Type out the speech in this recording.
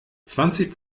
zwanzig